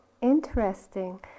interesting